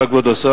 תודה, כבוד השר.